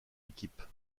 équipe